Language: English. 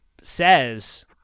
says